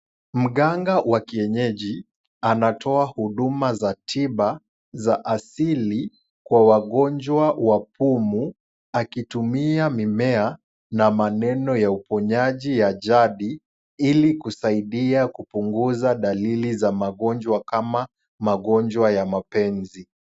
Mganga wa kienyeji, anatoa huduma za tiba za asili kwa wagonjwa wa pumu, akitumia mimea na maneno ya uponyaji ya jadi, ili kusaidia kupunguza dalili za magonjwa kama magonjwa ya mapenzi.